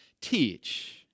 teach